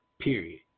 period